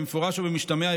במפורש או במשתמע,